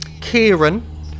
Kieran